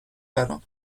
برام